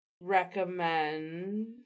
recommend